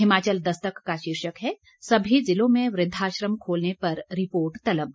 हिमाचल दस्तक का शीर्षक है सभी जिलों में वृद्वाश्रम खोलने पर रिपोर्ट तलब